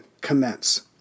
commence